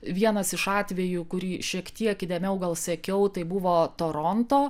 vienas iš atvejų kurį šiek tiek įdėmiau gal sekiau tai buvo toronto